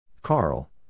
Carl